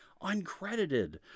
uncredited